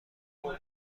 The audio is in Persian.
مبله